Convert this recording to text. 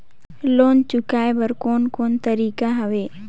Loan चुकाए बर कोन कोन तरीका हवे?